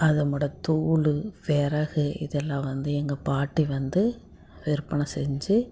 அதனோட தூள் விறகு இது எல்லாம் வந்து எங்கள் பாட்டி வந்து விற்பனை செஞ்சு